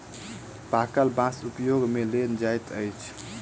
पाकल बाँस उपयोग मे लेल जाइत अछि